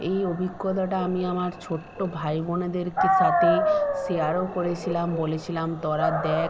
এই অভিজ্ঞতাটা আমি আমার ছোট্ট ভাই বোনেদের সাথে শেয়ারও করেছিলাম বলেছিলাম তোরা দেখ